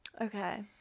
Okay